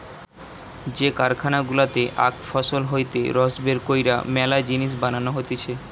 যে কারখানা গুলাতে আখ ফসল হইতে রস বের কইরে মেলা জিনিস বানানো হতিছে